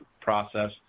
process